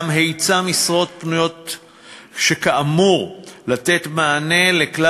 יש היצע משרות פנויות שאמור לתת מענה לכלל